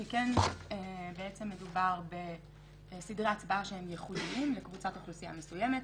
שכן בעצם מדובר בסדרי הצבעה שהם ייחודיים לקבוצת אוכלוסייה מסוימת.